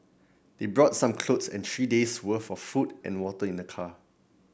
they brought some clothes and three days' worth of food and water in the car